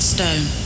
Stone